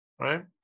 Right